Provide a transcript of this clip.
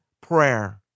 prayer